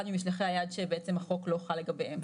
ממשלחי היעד שלמעשה החוק אינו חל לגביהם.